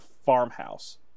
farmhouse